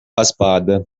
raspada